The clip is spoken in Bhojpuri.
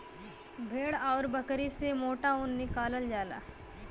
भेड़ आउर बकरी से मोटा ऊन निकालल जाला